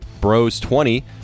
BROS20